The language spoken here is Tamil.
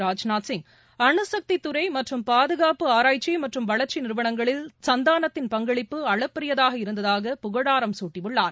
ராஜ்நாத் சிங் அனுசக்திதுறைமற்றும் பாதுகாப்பு ஆராய்ச்சிமற்றும் வளர்ச்சிநிறுவனங்களில் சந்தானத்தின் பங்களிப்பு அளப்பரியதாக இருந்ததாக புகழாரம் சூட்டியுள்ளார்